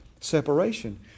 Separation